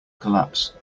collapse